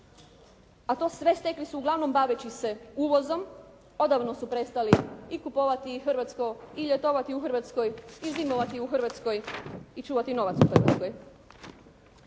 a to sve stekli su uglavnom baveći se uvozom, odavno su prestali i kupovati hrvatsko i ljetovati u Hrvatskoj i zimovati u Hrvatskoj i čuvati novac u Hrvatskoj.